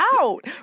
out